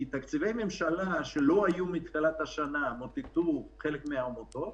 כי תקציבי ממשלה שלא היו מתחילת השנה מוטטו חלק מהעמותות,